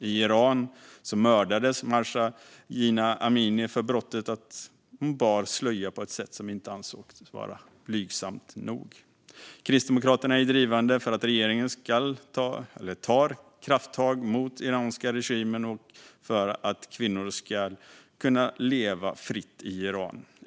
I Iran mördades Mahsa Jina Amini för brottet att hon bar slöja på ett sätt som inte ansågs vara blygsamt nog. Kristdemokraterna är drivande i att regeringen tar krafttag mot iranska regimen och för att kvinnor ska kunna leva fritt i Iran.